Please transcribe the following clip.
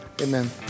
Amen